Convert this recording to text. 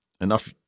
enough